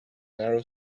narrow